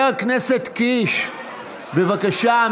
בבקשה,